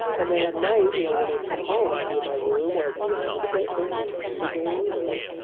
and then at night, you know, when they'd come home, i'd be in my room or i'd be in ah in the basement playing computer games or,